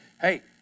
hey